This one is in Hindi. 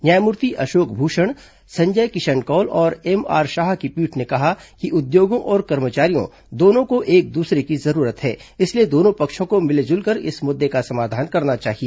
न्यायमूर्ति अधोक भूषण संजय कि धन कौल और एमआर शाह की पीठ ने कहा कि उद्योगों और कर्मचारियों दोनों को एक दूसरे की जरूरत है इसलिए दोनों पक्षों को मिलजुल कर इस मुद्दे का समाधान करना चाहिए